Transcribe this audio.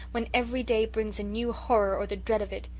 when every day brings a new horror or the dread of it.